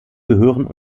gehören